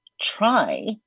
try